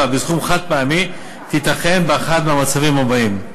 בסכום חד-פעמי תיתכן באחד מהמצבים הבאים: